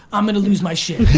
i'm gonna lose my shit.